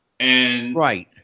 Right